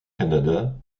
canada